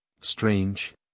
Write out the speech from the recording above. Strange